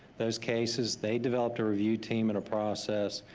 those cases, they developed a review team and a process,